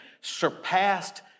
surpassed